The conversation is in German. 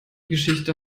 geschichte